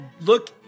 look